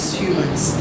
humans